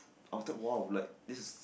after a while like this